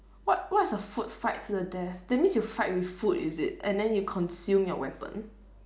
what what is a food fight to the death that means you fight with food is it and then you consume your weapon